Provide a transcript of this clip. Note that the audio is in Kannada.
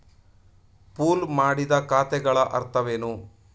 ಪೂಲ್ ಮಾಡಿದ ಖಾತೆಗಳ ಅರ್ಥವೇನು?